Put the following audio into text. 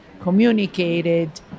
communicated